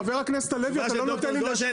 חבר הכנסת הלוי אתה לא נותן לי להשלים,